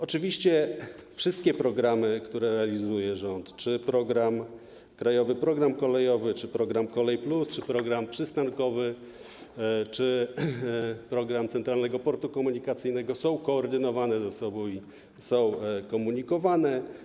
Oczywiście wszystkie programy, które realizuje rząd - ˝Krajowy program kolejowy˝, program ˝Kolej+˝, program przystankowy, program Centralnego Portu Komunikacyjnego - są koordynowane ze sobą i są komunikowane.